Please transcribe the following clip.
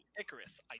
Icarus